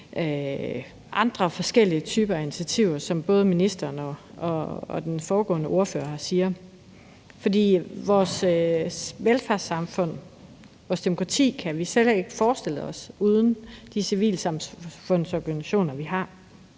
andre forskellige typer af initiativer, som både ministeren og den foregående ordfører nævner. For vores velfærdssamfund, vores demokrati, kan vi slet ikke forestille os uden de civilsamfundsorganisationer, vi har.